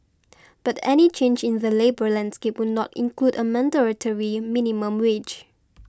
but any change in the labour landscape would not include a mandatory minimum wage